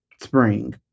Spring